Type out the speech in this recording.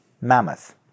mammoth